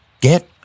get